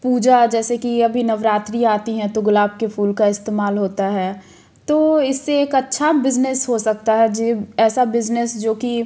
पूजा जैसे कि अभी नवरात्रि आती हैं तो गुलाब के फूल का इस्तेमाल होता है तो इससे एक अच्छा बिज़नेस हो सकता है जे ऐसा बिज़नेस जो कि